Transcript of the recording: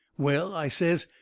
well, i says,